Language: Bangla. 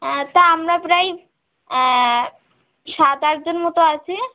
হ্যাঁ তা আমরা প্রাই সাত আটজন মতো আছি